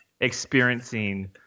Experiencing